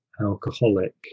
alcoholic